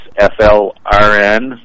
FLRN